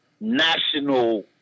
national